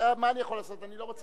אולי